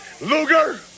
Luger